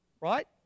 Right